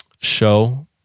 show